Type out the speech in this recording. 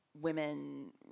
women